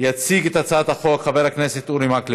יציג את הצעת החוק חבר הכנסת אורי מקלב.